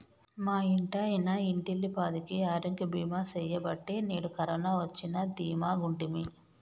మా ఇంటాయన ఇంటిల్లపాదికి ఆరోగ్య బీమా సెయ్యబట్టే నేడు కరోన వచ్చినా దీమాగుంటిమి